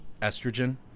estrogen